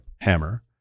hammer